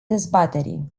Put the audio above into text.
dezbaterii